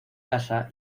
casa